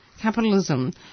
capitalism